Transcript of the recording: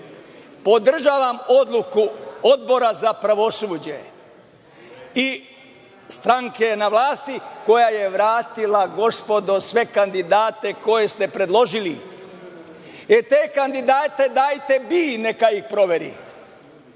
podržavam odluku Odbora za pravosuđe i stranke na vlasti koja je vratila, gospodo, sve kandidate koje ste predložili. Te kandidate dajte BIA-i neka proveri.